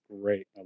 great